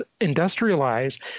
industrialize